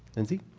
lindsay?